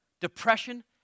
depression